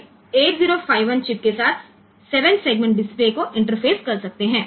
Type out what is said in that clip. તો આ રીતે આપણે આ 8051 ચિપ સાથે 7 સેગમેન્ટ ડિસ્પ્લે ને ઇન્ટરફેસ કરી શકીએ છીએ